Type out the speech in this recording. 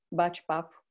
bate-papo